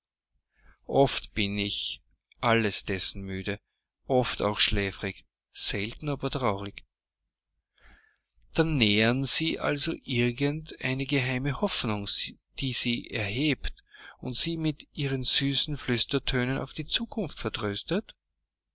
oft bin ich alles dessen müde oft auch schläfrig selten aber traurig dann nähren sie also irgend eine geheime hoffnung die sie erhebt und sie mit ihren süßen flüstertönen auf die zukunft vertröstet